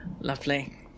lovely